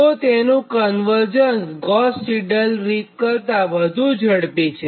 તો તેનું convergence Gauss Seidel રીત કરતાં વધુ ઝડપી છે